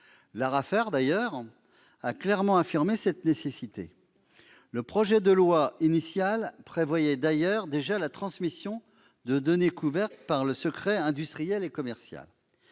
L'ARAFER a d'ailleurs clairement affirmé cette nécessité. Je relève que le projet de loi initial prévoyait déjà la transmission de données couvertes par le secret industriel et commercial.